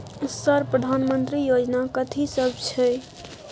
Sir प्रधानमंत्री योजना कथि सब छै?